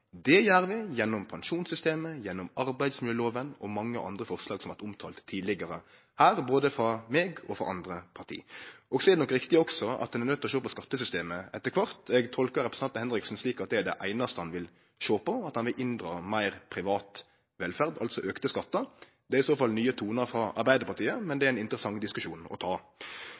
Det gjer vi gjennom pensjonssystemet, gjennom arbeidsmiljøloven og gjennom mange andre forslag som har vore omtalt tidlegare her, både frå meg og frå representantar frå andre parti. Så er det nok riktig også at ein er nøydd til å sjå på skattesystemet etter kvart. Eg tolka representanten Henriksen slik at det er det einaste han vil sjå på, at han vil inndra meir privat velferd, altså auka skattar. Det er i så fall nye tonar frå Arbeidarpartiet, men det er ein interessant diskusjon å ta.